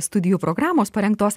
studijų programos parengtos